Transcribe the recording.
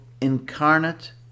incarnate